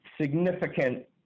significant